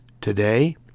Today